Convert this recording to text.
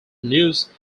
luce